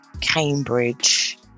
Cambridge